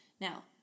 Now